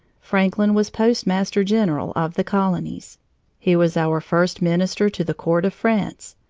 franklin was postmaster-general of the colonies he was our first minister to the court of france,